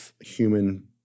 human